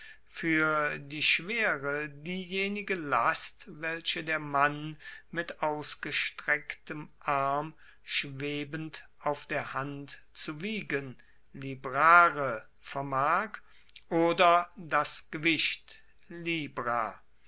fuer die schwere diejenige last welche der mann mit ausgestrecktem arm schwebend auf der hand zu wiegen librare vermag oder das gewicht